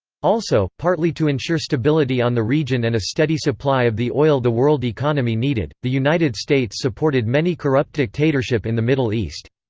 also, partly to ensure stability on the region and a steady supply of the oil the world economy needed, the united states supported many corrupt dictatorships in the middle east.